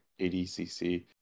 ADCC